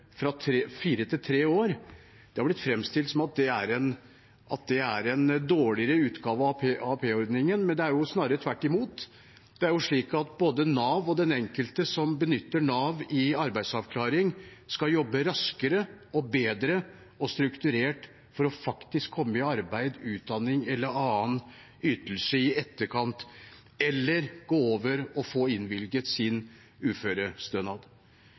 fra fire til tre år, har blitt fremstilt som at det er en dårligere utgave av AAP-ordningen, men det er jo snarere tvert imot. Det er slik at for den enkelte som trenger arbeidsavklaring, skal Nav jobbe raskere og bedre og strukturert for at de faktisk kommer i arbeid, utdanning eller får annen ytelse i etterkant, eller går over og får innvilget sin uførestønad.